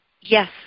Yes